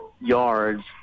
yards